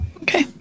okay